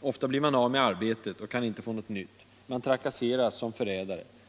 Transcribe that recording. Ofta blir man av med arbetet och kan inte få något nytt. Man trakasseras som förrädare.